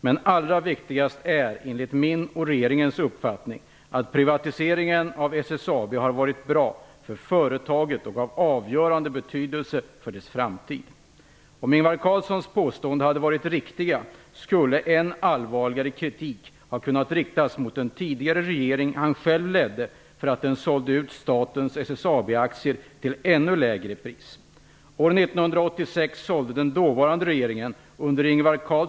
Men allra viktigast är, enligt min och regeringens uppfattning, att privatiseringen av SSAB har varit bra för företaget och av avgörande betydelse för dess framtid. Om Ingvar Carlssons påståenden hade varit riktiga, skulle än allvarligare kritik ha kunnat riktas mot den tidigare regering han själv ledde för att den sålde ut statens SSAB-aktier till ännu lägre pris.